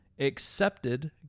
Accepted